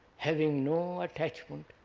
having no attachment.